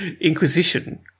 Inquisition